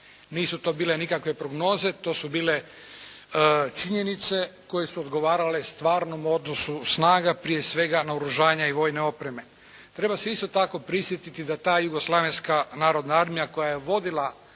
Nisu to bile nikakve prognoze. To su bile činjenice koje su odgovarale stvarnom odnosu snaga, prije svega naoružanja i vojne opreme. Treba se isto tako prisjetiti da ta Jugoslavenska narodna armija koja je vodila